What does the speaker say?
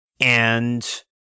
and-